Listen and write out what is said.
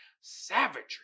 Savagery